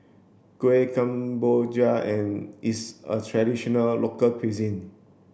Kueh Kemboja and is a traditional local cuisine